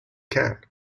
can